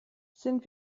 sind